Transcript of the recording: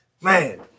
man